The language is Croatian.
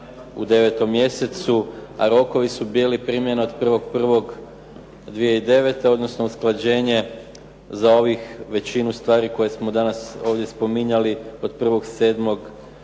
u 9 mjesecu, a rokovi su bili primjene od 1.1.2009. odnosno usklađenje za ovih većinu stvari koje smo danas ovdje spominjali od 1.7.2009.